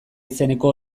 izeneko